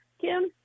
Kim